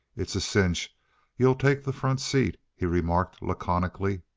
it's a cinch you'll take the front seat, he remarked, laconically.